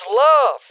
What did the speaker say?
love